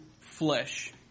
flesh